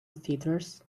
theatres